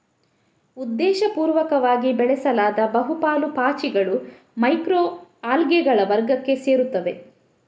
ಉದ್ದೇಶಪೂರ್ವಕವಾಗಿ ಬೆಳೆಸಲಾದ ಬಹು ಪಾಲು ಪಾಚಿಗಳು ಮೈಕ್ರೊ ಅಲ್ಗೇಗಳ ವರ್ಗಕ್ಕೆ ಸೇರುತ್ತವೆ